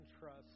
trust